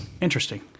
Interesting